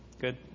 Good